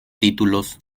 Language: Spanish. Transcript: títulos